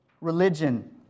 religion